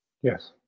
Yes